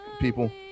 people